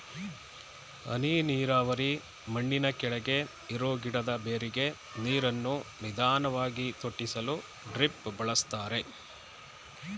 ಹನಿ ನೀರಾವರಿ ಮಣ್ಣಿನಕೆಳಗೆ ಇರೋ ಗಿಡದ ಬೇರಿಗೆ ನೀರನ್ನು ನಿಧಾನ್ವಾಗಿ ತೊಟ್ಟಿಸಲು ಡ್ರಿಪ್ ಬಳಸ್ತಾರೆ